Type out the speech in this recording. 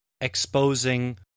exposing